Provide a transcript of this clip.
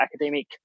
academic